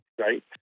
right